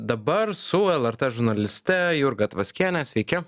dabar su lrt žurnaliste jurga tvaskiene sveiki